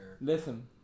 Listen